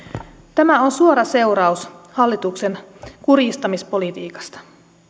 tämä on suora seuraus hallituksen kurjistamispolitiikasta